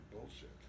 bullshit